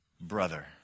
brother